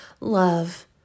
love